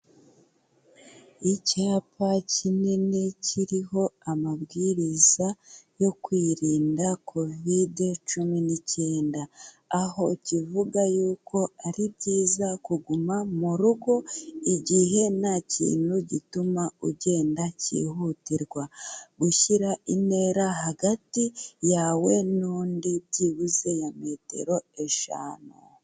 Icyapa kinini kiriho amabwiriza yo kwirinda Kovide cumi n'icyenda aho kivuga yuko ari byiza kuguma mu rugo igihe nta kintu gituma ugenda kihutirwa, gushyira intera hagati yawe n'undi byibuze ya metero eshanu.